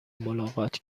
ملاقات